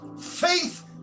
Faith